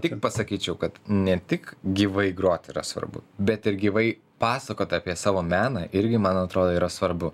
tik pasakyčiau kad ne tik gyvai grot yra svarbu bet ir gyvai pasakot apie savo meną irgi man atrodo yra svarbu